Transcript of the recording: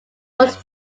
was